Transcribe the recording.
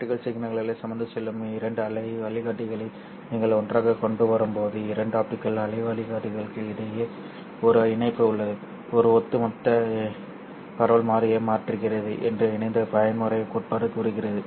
optical சிக்னல்களைச் சுமந்து செல்லும் இரண்டு அலை வழிகாட்டிகளை நீங்கள் ஒன்றாகக் கொண்டுவரும்போது இரண்டு ஆப்டிகல் அலை வழிகாட்டிகளுக்கு இடையில் ஒரு இணைப்பு உள்ளது இது ஒட்டுமொத்த பரவல் மாறியை மாற்றுகிறது என்று இணைந்த பயன்முறை கோட்பாடு கூறுகிறது